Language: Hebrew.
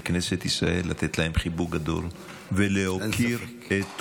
וככנסת ישראל לתת להם חיבוק גדול ולהוקיר את תרומתם.